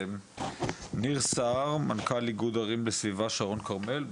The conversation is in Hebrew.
ניר סהר מנכ"ל איגוד ערים בסביבה שרון כרמל.